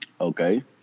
Okay